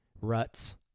ruts